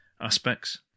aspects